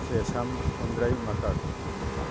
ꯆꯦꯁꯝ ꯐꯨꯟꯗ꯭ꯔꯩ ꯃꯀꯛ